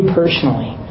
personally